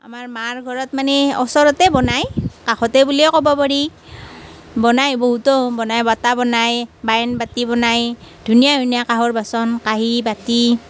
আমাৰ মাৰ ঘৰত মানে ওচৰতে বনায় কাষতেই বুলিয়েই ক'ব পাৰি বনায় বহুতো বনায় বঁটা বনায় বান বাটি বনায় ধুনীয়া ধুনীয়া কাঁহৰ বাচন কাঁহী বাটি